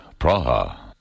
Praha